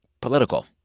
political